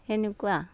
সেনেকুৱা